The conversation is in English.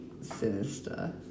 sinister